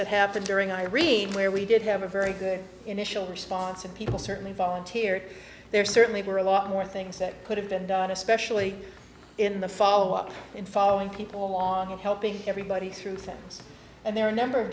that have to during i read where we did have a very good initial response and people certainly volunteered there certainly were a lot more things that could have been done especially in the follow up in following people on helping everybody through things and there are a number of